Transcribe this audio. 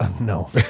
no